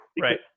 right